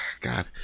God